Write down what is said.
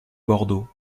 bordeaux